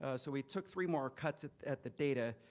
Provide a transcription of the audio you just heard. ah so we took three more cuts at at the data,